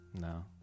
No